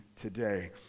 today